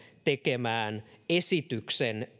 tekemään esityksen